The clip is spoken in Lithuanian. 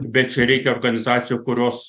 bet čia reikia organizacijų kurios